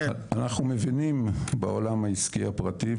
אנחנו מבינים בעולם העסקי הפרטי,